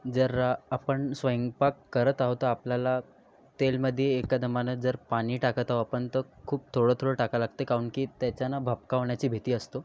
जर आपण स्वयंपाक करत आहोत तर आपल्याला तेलमध्ये एकदमानं जर पाणी टाकत आहो आपण तर खूप थोडं थोडं टाकावं लागते काहून की त्याच्यानं भपका होण्याची भीती असतो